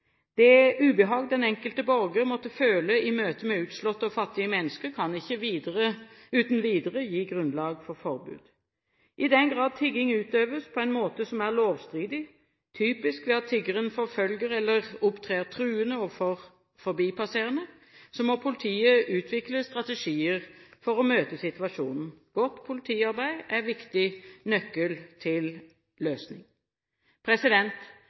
Det ubehag den enkelte borger måtte føle i møte med utslåtte og fattige mennesker, kan ikke uten videre gi grunnlag for forbud. I den grad tigging utøves på en måte som er lovstridig, typisk ved at tiggeren forfølger eller opptrer truende overfor forbipasserende, må politiet utvikle strategier for å møte situasjonen. Godt politiarbeid er en viktig nøkkel til løsning.